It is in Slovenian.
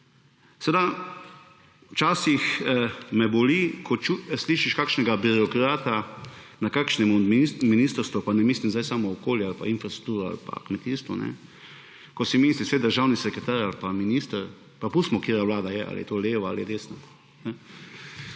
sodijo. Včasih me boli, ko slišiš kakšnega birokrata na kakšnem ministrstvu – pa ne mislim zdaj samo na okolje ali pa infrastrukturo ali pa kmetijstvo –, ko si misli državni sekretar ali pa minister, pa pustimo, katera vlada je, ali je to leva ali je